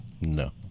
No